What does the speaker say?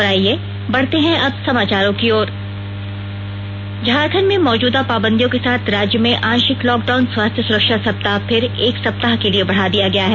और आइए बढ़ते हैं अब समाचारों की ओर झारखंड में मौजूदा पाबंदियों के साथ राज्य में आंशिक लॉकडाउन स्वास्थ्य सुरक्षा सप्ताह फिर एक सप्ताह के लिए बढ़ा दिया गया है